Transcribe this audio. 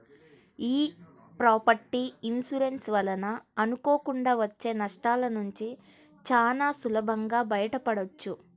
యీ property insurance వలన అనుకోకుండా వచ్చే నష్టాలనుంచి చానా సులభంగా బయటపడొచ్చు